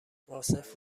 عاصف